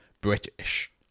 British